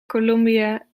columbia